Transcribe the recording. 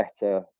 better